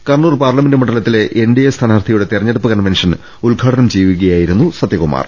Kannur parliament മണ്ഡലത്തിലെ എൻഡിഎ സ്ഥാനാർത്ഥിയുടെ തെരഞ്ഞെടുപ്പ് കൺവെൻഷൻ ഉദ്ഘാടനം ചെയ്യുകയായിരുന്നു സത്യകുമാർ